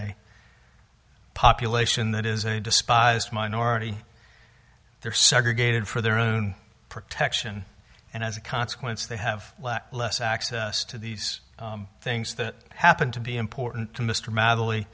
a population that is a despised minority they are segregated for their own protection and as a consequence they have less access to these things that happen to be important to mr mad